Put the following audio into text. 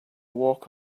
walk